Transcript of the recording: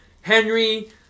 Henry